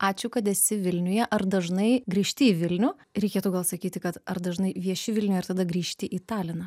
ačiū kad esi vilniuje ar dažnai grįžti į vilnių reikėtų gal sakyti kad ar dažnai vieši vilniuje ir tada grįžti į taliną